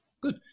Good